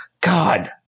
God